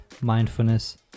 mindfulness